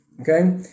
Okay